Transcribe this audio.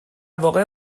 واقع